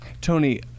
Tony